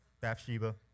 Bathsheba